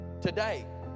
today